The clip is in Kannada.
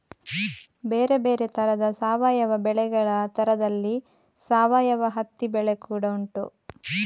ಬೇರೆ ಬೇರೆ ತರದ ಸಾವಯವ ಬೆಳೆಗಳ ತರದಲ್ಲಿ ಸಾವಯವ ಹತ್ತಿ ಬೆಳೆ ಕೂಡಾ ಉಂಟು